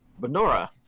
Benora